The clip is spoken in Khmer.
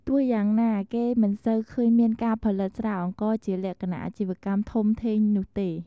ទោះយ៉ាងណា គេមិនសូវឃើញមានការផលិតស្រាអង្ករជាលក្ខណៈអាជីវកម្មធំធេងនោះទេ។